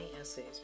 essays